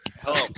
Hello